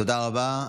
תודה רבה.